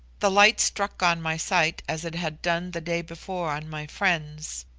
the light struck on my sight as it had done the day before on my friend's.